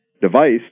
device